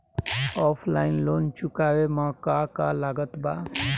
Offline loan चुकावे म का का लागत बा?